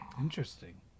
Interesting